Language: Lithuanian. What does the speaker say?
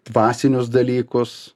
dvasinius dalykus